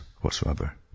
whatsoever